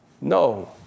no